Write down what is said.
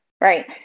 right